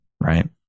Right